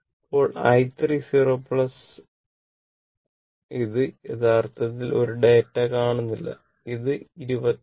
ഇപ്പോൾ i 3 0 ഇത് യഥാർത്ഥത്തിൽ ഒരു ഡാറ്റ കാണുന്നില്ല ഇത് 25 Ω